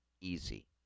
easy